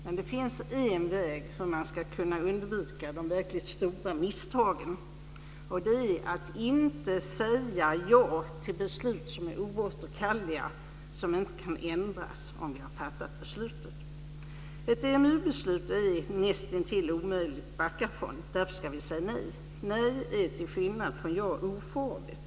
Men det finns en väg för att undvika de verkligt stora misstagen. Det är att inte säga ja till beslut som är oåterkalleliga, som inte kan ändras om vi har fattat beslutet. Ett EMU-beslut är nästintill omöjligt att backa från. Därför ska vi säga nej. Nej är till skillnad från ja ofarligt.